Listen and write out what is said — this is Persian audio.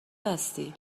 هستی